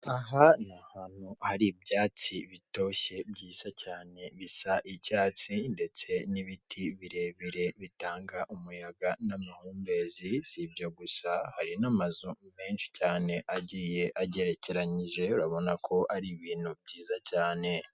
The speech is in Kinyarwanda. Aha ni hantu hari ibyatsi bitoshye byiza cyane bisa icyatsi ndetse n'ibiti birebire bitanga umuyaga n'amahumbezi, si ibyo gusa hari n'amazu menshi cyane agiye agerekeranyije urabona ko ari ibintu byiza cyane.